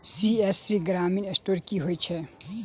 CSC ग्रामीण e store की होइ छै?